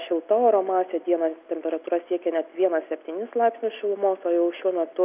šilta oro masė dieną temperatūra siekė net vieną septynis laipsnius šilumos o jau šiuo metu